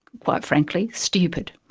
quite frankly, stupid.